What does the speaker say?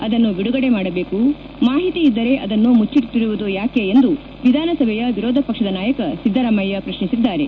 ಅದನ್ನು ಬಿಡುಗಡೆ ಮಾಡಬೇಕು ಮಾಹಿತಿ ಇದ್ದರೆ ಅದನ್ನು ಮುಚ್ಚಿಡುತ್ತಿರುವುದು ಯಾಕೆ ಎಂದು ವಿಧಾನಸಭೆಯ ವಿರೋಧ ಪಕ್ಷದ ನಾಯಕ ಸಿದ್ದರಾಮಯ್ಯ ಪ್ರತ್ನಿಸಿದ್ದಾರೆ